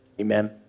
Amen